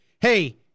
hey